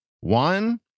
One